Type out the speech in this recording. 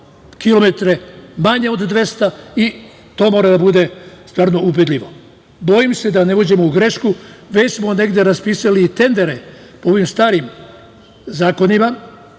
kilometre manje od 200 i to mora da bude stvarno ubedljivo. Bojim se da ne uđemo u grešku, jer smo već negde raspisali i tendere, ovim starim zakonima